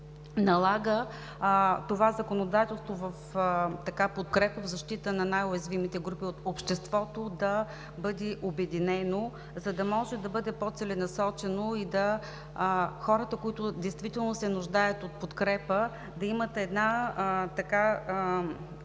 налага това законодателство в подкрепа, в защита на най-уязвимите групи от обществото да бъде обединено, за да може да бъде по-целенасочено и за хората, които действително се нуждаят от подкрепа, да има един